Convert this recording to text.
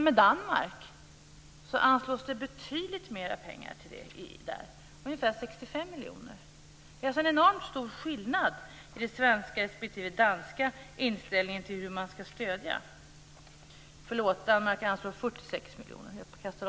I Danmark anslås det betydligt mer pengar till det, ungefär 46 miljoner. Det är alltså en enormt stor skillnad i den svenska respektive danska inställningen till hur man skall stödja detta.